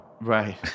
right